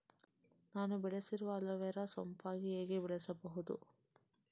ನಾನು ಬೆಳೆಸಿರುವ ಅಲೋವೆರಾ ಸೋಂಪಾಗಿ ಹೇಗೆ ಬೆಳೆಸಬಹುದು?